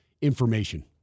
information